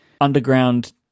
underground